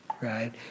right